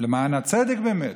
למען הצדק, באמת,